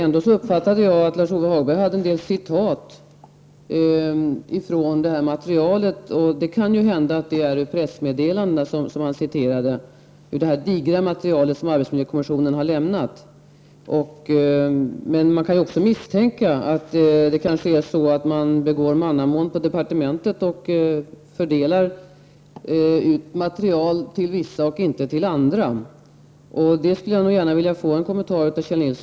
Jag uppfattade ändå att Lars-Ove Hagberg hade en del citat från materialet, och det kan ju hända att det var pressmeddelanden om det digra material som arbetsmiljökommissionen lämnat som han citerade. Vi kan också misstänka att man på departementet kanske begår mannamån och fördelar ut material till vissa och inte till andra. Jag skulle gärna vilja ha en kommentar till detta av Kjell Nilsson.